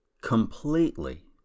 completely